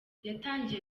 yatangiye